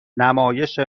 نمایش